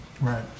right